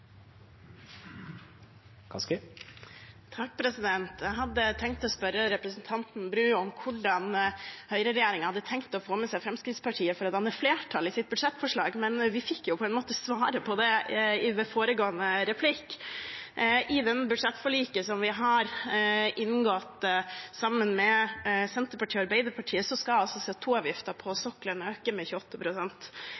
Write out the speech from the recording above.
Jeg hadde tenkt å spørre representanten Bru om hvordan høyreregjeringen hadde tenkt å få med seg Fremskrittspartiet for å danne flertall for sitt budsjettforslag, men vi fikk på en måte svaret på det i foregående replikk. I dette budsjettforliket, som vi har inngått sammen med Senterpartiet og Arbeiderpartiet, skal CO 2 -avgiften på